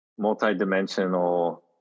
multidimensional